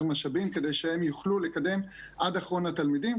משאבים כדי שהם יוכלו לקדם עד האחרון התלמידים,